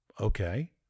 Okay